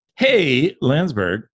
HeyLandsberg